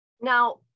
Now